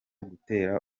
gutera